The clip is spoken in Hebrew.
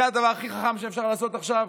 זה הדבר הכי חכם שאפשר לעשות עכשיו?